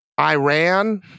iran